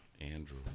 Andrew